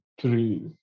three